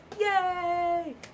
Yay